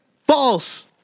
false